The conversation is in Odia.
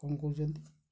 କ'ଣ କରୁଛନ୍ତି